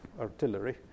artillery